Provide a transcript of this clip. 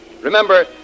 Remember